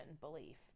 belief